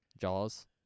Jaws